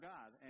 God